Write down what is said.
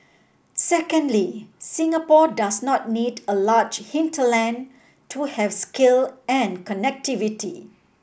secondly Singapore does not need a large hinterland to have scale and connectivity